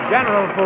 General